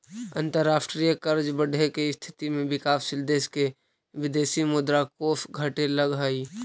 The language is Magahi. अंतरराष्ट्रीय कर्ज बढ़े के स्थिति में विकासशील देश के विदेशी मुद्रा कोष घटे लगऽ हई